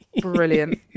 brilliant